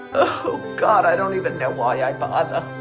oh god, i don't even know why i bother.